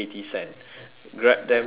grab them today